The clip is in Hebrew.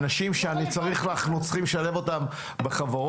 אנשים שאנחנו צריכים לשלב אותם בחברות,